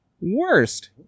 Worst